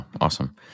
Awesome